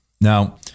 Now